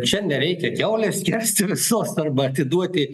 čia nereikia kiaulės skersti visos arba atiduoti